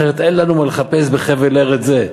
אחרת אין לנו מה לחפש בחבל ארץ זה.